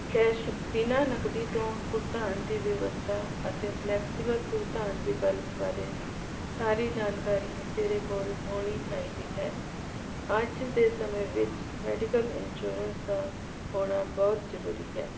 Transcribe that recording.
cash ਬਿਨਾਂ ਨਕਦੀ ਤੋਂ ਭੁਗਤਾਨ ਦੀ ਵਿਵਸਥਾ ਅਤੇ ਫਲੈਕਸੀਵਲ ਭੁਗਤਾਨ ਵਿਕਲਪ ਬਾਰੇ ਸਾਰੀ ਜਾਣਕਾਰੀ ਤੇਰੇ ਕੋਲ ਹੋਣੀ ਚਾਹੀਦੀ ਹੈ ਅੱਜ ਦੇ ਸਮੇਂ ਵਿੱਚ ਮੈਡੀਕਲ ਇੰਸ਼ੋਰੈਂਸ ਦਾ ਹੋਣਾ ਬਹੁਤ ਜ਼ਰੂਰੀ ਹੈ